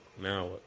now